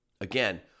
Again